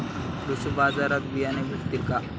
कृषी बाजारात बियाणे भेटतील का?